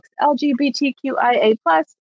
LGBTQIA